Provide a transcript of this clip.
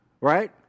right